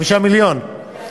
5 מיליון.